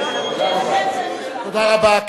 תודה רבה.